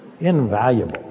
Invaluable